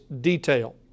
detail